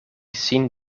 sin